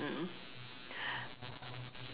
mm